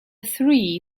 three